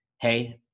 hey